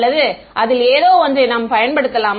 அல்லது அதில் ஏதோ ஒன்றை நாம் பயன்படுத்தலாமா